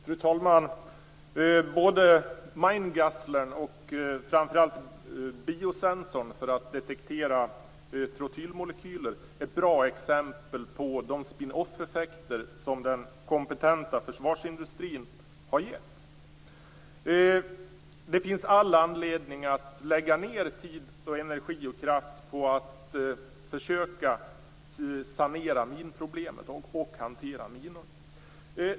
Fru talman! Både Mine-Guzzlern och framför allt biosensorn för att detektera trotylmolekylen är bra exempel på de spin-off-effekter som den kompetenta försvarsindustrin har gett. Det finns all anledning att lägga ned tid, energi och kraft på att försöka sanera minproblemet och hantera minorna.